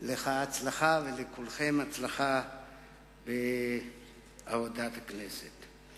לך הצלחה ולכולכם הצלחה בעבודת הכנסת.